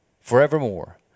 forevermore